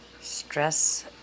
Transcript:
stress